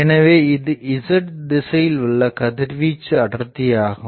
எனவே இது Z திசையில் உள்ள கதிர்வீச்சு அடர்த்தியாகும்